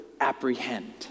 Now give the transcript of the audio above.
apprehend